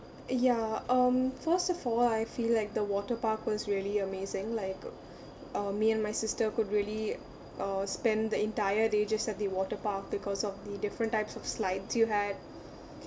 ya um first of all I feel like the water park was really amazing like uh me and my sister could really uh spend the entire day just at the water park because of the different types of slides you had